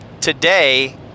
today